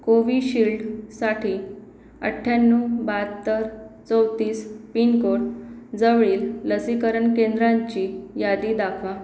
कोविशिल्डसाठी अठ्ठ्याण्णव बहात्तर चौतीस पिनकोड जवळील लसीकरण केंद्रांची यादी दाखवा